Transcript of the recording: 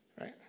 Right